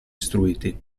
istruiti